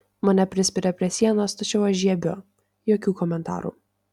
mane prispiria prie sienos tačiau aš žiebiu jokių komentarų